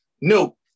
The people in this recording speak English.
No